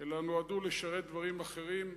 אלא נועדו לשרת דברים אחרים,